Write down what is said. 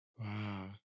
Wow